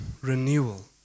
renewal